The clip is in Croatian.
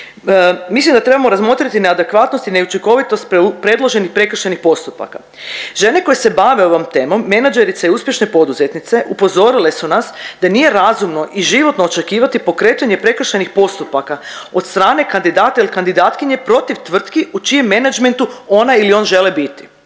mislim da trebamo razmotriti na adekvatnosti i neučinkovitost predloženih prekršajnih postupaka. Žene koje se bave ovom temom, menadžerice i uspješne poduzetnice upozorile su nas da nije razumno i životno očekivati pokretanje prekršajnih postupaka od strane kandidata ili kandidatkinje protiv tvrtke u čijem menadžmentu ona ili on žele biti.